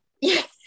Yes